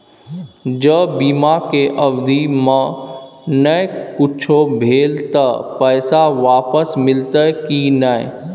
ज बीमा के अवधि म नय कुछो भेल त पैसा वापस मिलते की नय?